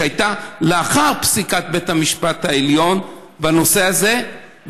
שהייתה לאחר פסיקת בית המשפט העליון בנושא הזה,